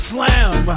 Slam